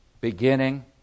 beginning